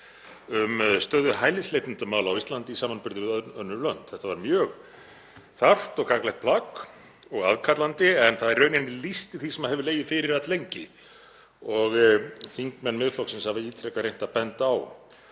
um stöðu hælisleitendamála á Íslandi í samanburði við önnur lönd. Þetta var mjög þarft og gagnlegt plagg og aðkallandi en það í rauninni lýsti því sem hefur legið fyrir alllengi og þingmenn Miðflokksins hafa ítrekað reynt að benda á